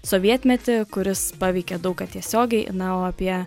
sovietmetį kuris paveikė daug ką tiesiogiai na o apie